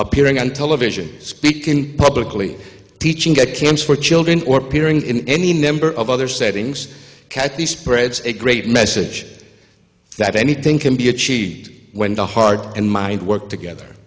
appearing on television speak in publicly teaching at cannes for children or peering in any number of other settings cathy spreads a great message that anything can be achieved when the heart and mind work together